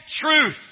truth